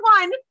one